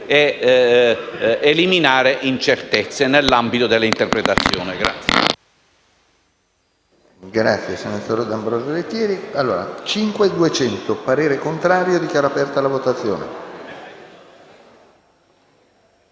ed eliminare incertezze nell'ambito dell'interpretazione.